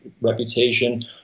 reputation